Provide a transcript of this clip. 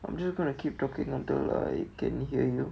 I'm just gonna keep talking until I can hear you